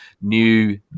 new